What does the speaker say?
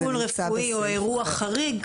טיפול רפואי או אירוע חריג.